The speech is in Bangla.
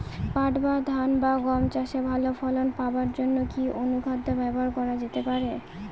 পাট বা ধান বা গম চাষে ভালো ফলন পাবার জন কি অনুখাদ্য ব্যবহার করা যেতে পারে?